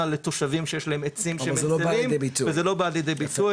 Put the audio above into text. לתושבים שיש להם עצים שמצילים שלא בא לידי ביטוי,